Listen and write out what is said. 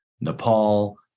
Nepal